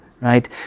right